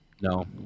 No